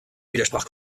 widersprach